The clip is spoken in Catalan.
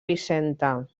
vicenta